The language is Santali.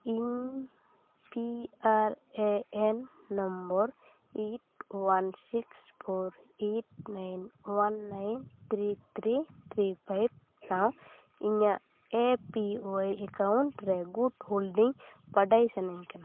ᱤᱧ P R A N number eight one six four eight nine one nine three three three five ᱥᱟᱶ ᱤᱧᱟᱹᱜ ᱮ ᱯᱤ ᱚᱣᱟᱭ ᱮᱠᱟᱣᱩᱱᱴ ᱨᱮ ᱜᱩᱰ ᱦᱳᱞᱰᱤᱝ ᱵᱟᱰᱟᱭ ᱥᱟᱱᱟᱧ ᱠᱟᱱᱟ